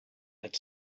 had